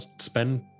spend